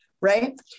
right